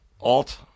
Alt